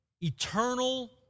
eternal